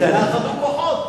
תאחדו כוחות.